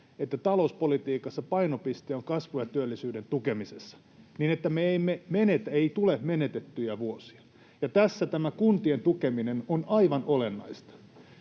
että talouspolitiikassa painopiste on kasvun ja työllisyyden tukemisessa, niin että ei tule menetettyjä vuosia, ja tässä tämä kuntien tukeminen on aivan olennaista.